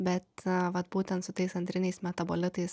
bet vat būtent su tais antriniais metabolitais